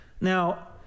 Now